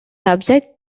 subject